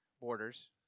borders